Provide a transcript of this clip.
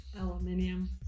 aluminum